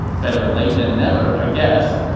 better late than never, i guess.